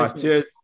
Cheers